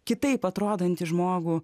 kitaip atrodantį žmogų